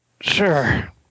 sure